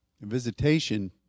visitation